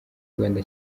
uganda